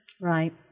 Right